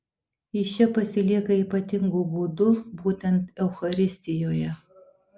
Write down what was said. jis čia pasilieka ypatingu būdu būtent eucharistijoje